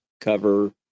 cover